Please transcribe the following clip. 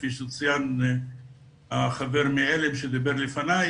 כפי שציין החבר מעמותת עלם שדיבר לפני,